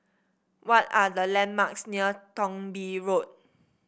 what are the landmarks near Thong Bee Road